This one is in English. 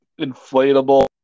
inflatable